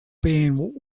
being